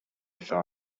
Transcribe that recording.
thought